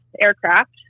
aircraft